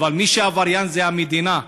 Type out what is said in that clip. מי שעבריין זה המדינה,